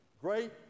great